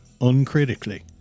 uncritically